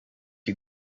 you